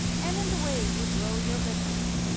and in the way you grow your business.